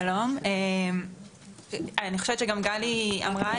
שלום, אני חושבת שגם גלי אמרה את זה.